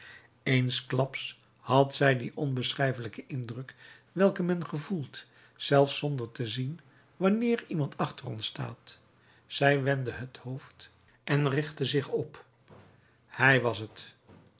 eensklaps had zij dien onbeschrijfelijken indruk welken men gevoelt zelfs zonder te zien wanneer iemand achter ons staat zij wendde het hoofd en richtte zich op hij was het